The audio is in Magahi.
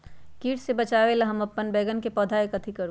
किट से बचावला हम अपन बैंगन के पौधा के कथी करू?